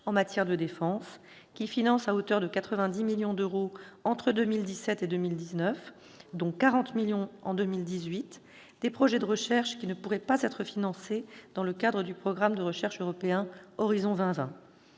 en matière de défense, finance, à hauteur de 90 millions d'euros entre 2017 et 2019, dont 40 millions en 2018, des projets de recherche qui ne pourraient pas être financés dans le cadre du programme de recherche européen Horizon 2020.